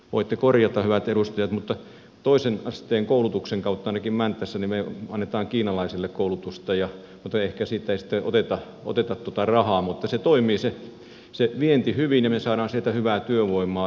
voitte korjata hyvät edustajat toisen asteen koulutuksen kautta ainakin mäntässä me annamme kiinalaisille koulutusta mutta ehkä siitä ei sitten oteta rahaa mutta vienti toimii hyvin ja me saamme sieltä hyvää työvoimaa